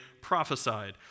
prophesied